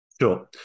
Sure